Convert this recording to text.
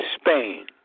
Spain